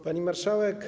Pani Marszałek!